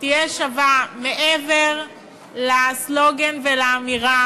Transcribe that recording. תהיה שווה מעבר לסלוגן והאמירה,